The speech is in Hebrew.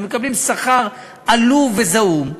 הם מקבלים שכר עלוב וזעום.